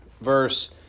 verse